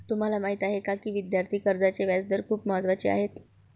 तुम्हाला माहीत आहे का की विद्यार्थी कर्जाचे व्याजदर खूप महत्त्वाचे आहेत?